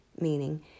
meaning